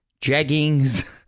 jeggings